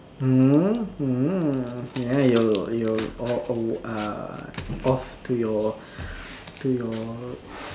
mm mm ya you're you're o~ o~ ah off to your to your